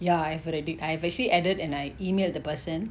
ya I've already I've actually added and I emailed the person